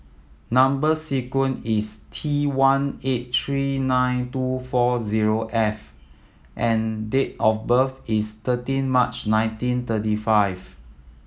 number sequence is T one eight three nine two four zero F and date of birth is thirteen March nineteen thirty five